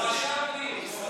חיפשנו אותך, איפה אתה, אדוני השר?